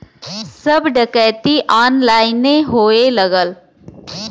सब डकैती ऑनलाइने होए लगल